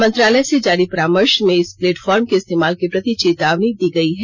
मंत्रालय से जारी परामर्श में इस प्लेटफॉर्म के इस्तेमाल के प्रति चेतावनी दी गई है